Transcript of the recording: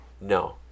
no